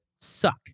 suck